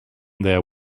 there